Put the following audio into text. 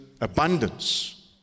abundance